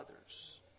others